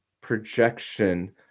projection